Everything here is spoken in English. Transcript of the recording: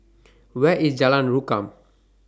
Where IS Jalan Rukam